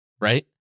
right